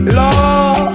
law